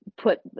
put